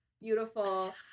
Beautiful